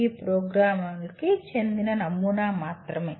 E programme కి చెందిన నమూనా మాత్రమే